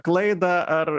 klaidą ar